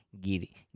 giddy